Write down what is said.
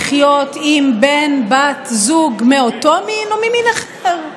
לחיות עם בן/בת זוג מאותו המין או ממין אחר.